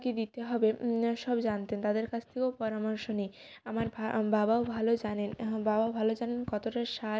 কী দিতে হবে সব জানতেন তাদের কাছ থেকেও পরামর্শ নিই আমার বাবাও ভালো জানেন বাবা ভালো জানেন কতটা সার